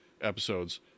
episodes